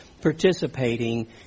participating